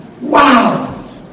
Wow